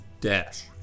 dash